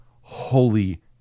holy